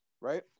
right